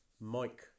Mike